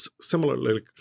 Similarly